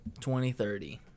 2030